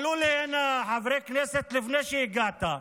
עלו הנה חברי כנסת לפני שהגעת,